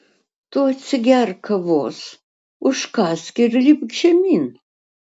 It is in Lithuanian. tu atsigerk kavos užkąsk ir lipk žemyn